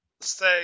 say